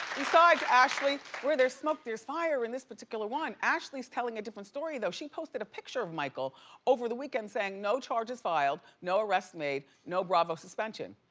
besides ashley, where there's smoke, there's fire. in this particular one, ashley's telling a different story though. she posted a picture of michael over the weekend saying no charges filed, no arrests made, no bravo suspension.